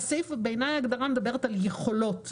בעיניי, ההגדרה מדברת על יכולות.